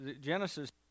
Genesis